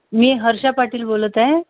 मी हर्षा पाटील बोलत आहे